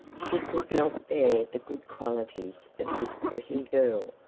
she could not bear the good qualities of this pretty girl,